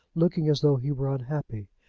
looking as though he were unhappy.